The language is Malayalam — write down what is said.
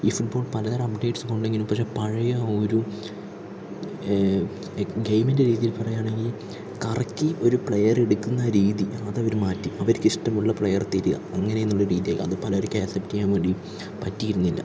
ഇ ഫുട്ബോൾ പല തരം അപ്ഡേറ്റ്സ് ഉണ്ടെങ്കിലും പക്ഷെ പഴയ ഒരു ഇപ്പോൾ ഗെയിമിൻ്റെ രീതിയിൽ പറയുകയാണെങ്കിൽ കറക്കി ഒരു പ്ലയറെ എടുക്കുന്ന രീതി അത് അവര് മാറ്റി അവർക്ക് ഇഷ്ടമുള്ള പ്ലയറെ തരിക അങ്ങനെയെന്നുള്ള രീതിയായി അത് പലർക്കും ഏക്സപ്റ്റ് ചെയ്യാൻ വേണ്ടി പറ്റിയിരുന്നില്ല